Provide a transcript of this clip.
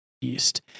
East